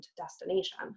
destination